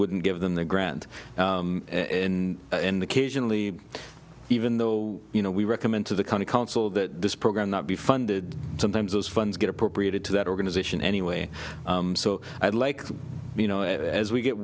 wouldn't give them the grant in in the kitchen lee even though you know we recommend to the county council that this program not be funded sometimes those funds get appropriated to that organization anyway so i'd like you know it as we get